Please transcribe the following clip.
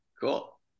cool